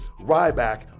RYBACK